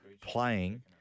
playing